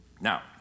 Now